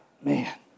Man